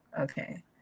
Okay